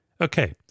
Okay